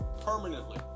permanently